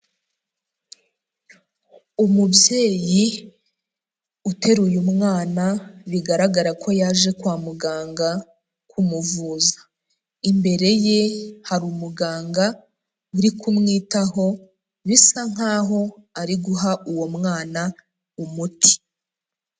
Umubyeyi uteruye umwana, bigaragara ko yaje kwa muganga kumuvuza. Imbere ye hari umuganga uri kumwitaho bisa nkaho ari guha uwo mwana umuti.